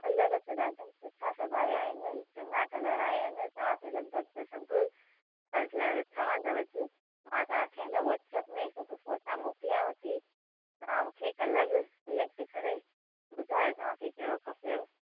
colour त ॾाढा सुठा सभु आहियां आहिनि चङा कलर आहियां आहिनि तव्हां खे लॻिभॻि त सभु पर्सनल ठहंदसि मां तव्हां खे आहिनि वोट्सअप में फोटा मोकलियांवती तव्हां मूंखे कलर सिलेक्ट करे ॿुधायो तव्हां खे कहिड़ो खपेव